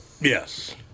Yes